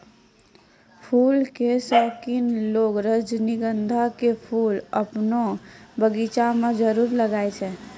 फूल के शौकिन लोगॅ रजनीगंधा के फूल आपनो बगिया मॅ जरूर लगाय छै